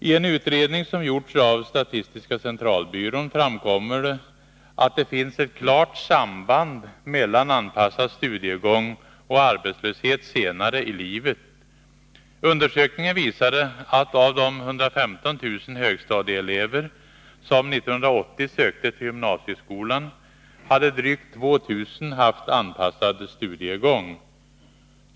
I en utredning som gjorts av statistiska centralbyrån framkommer att det finns ett klart samband mellan anpassad studiegång och arbetslöshet senare i livet. Undersökningen visade att drygt 2 000 av de 115 000 högstadieelever som 1980 sökte till gymnasieskolan hade haft anpassad studiegång.